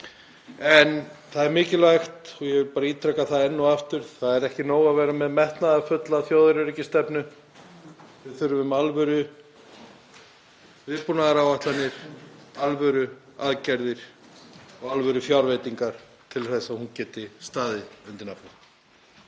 En það er mikilvægt, og ég vil bara ítreka það enn og aftur, að það er ekki nóg að vera með metnaðarfulla þjóðaröryggisstefnu. Við þurfum alvöruviðbúnaðaráætlanir, alvöruaðgerðir og alvörufjárveitingar til þess að hún geti staðið undir nafni.